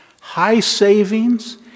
high-savings